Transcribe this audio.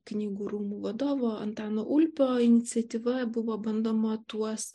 knygų rūmų vadovo antano ulpio iniciatyva buvo bandoma tuos